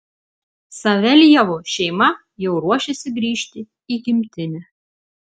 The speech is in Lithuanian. saveljevų šeima jau ruošiasi grįžti į gimtinę